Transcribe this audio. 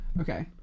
Okay